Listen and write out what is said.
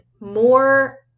more